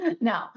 No